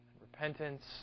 repentance